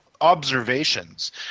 observations